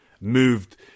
moved